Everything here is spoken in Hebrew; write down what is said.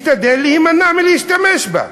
משתדל להימנע מלהשתמש בה.